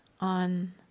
on